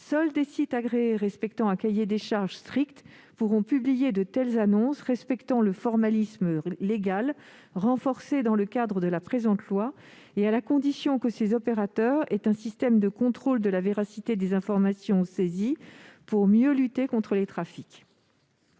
Seuls des sites agréés respectant un cahier des charges strict pourront publier de telles annonces, conformes au formalisme légal, renforcé par les dispositions de ce texte, et à la condition que ces opérateurs aient un système de contrôle de la véracité des informations saisies pour mieux lutter contre les trafics.